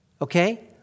Okay